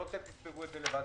שלא תספגו את זה לבד,